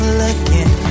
looking